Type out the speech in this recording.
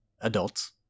adults